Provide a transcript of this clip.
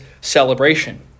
celebration